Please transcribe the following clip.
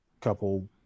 couple